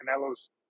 Canelo's